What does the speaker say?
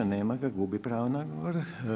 Nema ga – gubi pravo na govor.